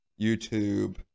YouTube